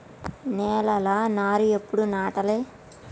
నేలలా నారు ఎప్పుడు నాటాలె?